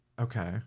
Okay